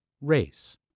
race